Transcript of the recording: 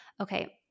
Okay